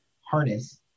harness